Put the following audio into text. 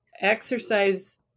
exercise